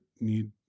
need